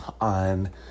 on